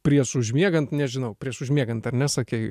prieš užmiegant nežinau prieš užmiegant ar ne sakei